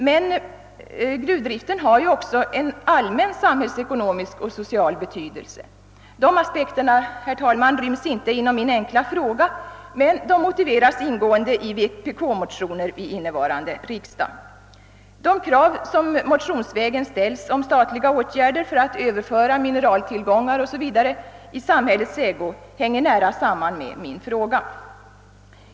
Men gruvdriften har ju också en allmän samhällsekonomisk och social betydelse. De aspekterna ryms inte inom min enkla fråga, men de motiveras ingående i vpk-motioner vid innevarande riksdag. De krav som motionsvägen ställs on statliga åtgärder för att överföra mineraltillgångar o.s.v. i samhällets ägo hänger nära samman med min fråga.